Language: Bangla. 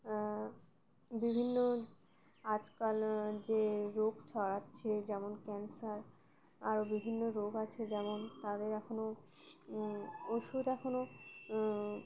বিভিন্ন আজকাল যে রোগ ছড়াচ্ছে যেমন ক্যান্সার আরও বিভিন্ন রোগ আছে যেমন তাদের এখনও ওষুধ এখনও